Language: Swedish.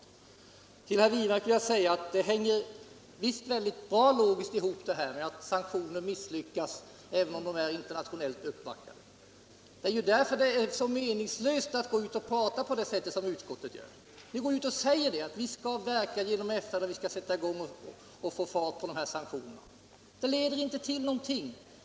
Till herr Wirmark vill jag säga att det hänger logiskt mycket bra ihop vad jag sade om att sanktioner kan misslyckas även om de är internationellt uppbackade. Det är därför det är så meningslöst att skriva som utskottet gör. Utskottet säger att vi skall verka genom FN för att försöka få fart på dessa sanktioner. Men det leder ju inte till någonting.